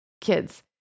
kids